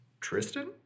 Tristan